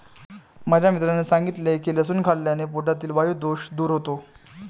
माझ्या मित्राने सांगितले की लसूण खाल्ल्याने पोटातील वायु दोष दूर होतो